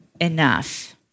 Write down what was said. enough